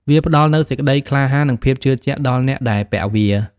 វាផ្តល់នូវសេចក្តីក្លាហាន និងភាពជឿជាក់ដល់អ្នកដែលពាក់វា។